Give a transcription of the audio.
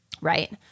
right